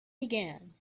began